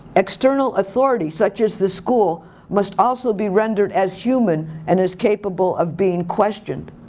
external authority such as the school must also be rendered as human and as capable of being questioned.